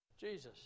Jesus